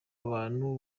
abantu